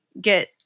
get